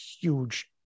huge